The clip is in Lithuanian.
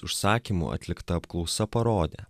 užsakymu atlikta apklausa parodė